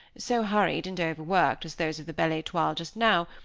so hurried and overworked as those of the belle etoile just now,